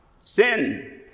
sin